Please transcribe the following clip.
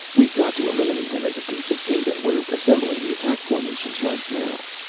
we've got to eliminate him as a piece of data. we're assembling the attack formations right now.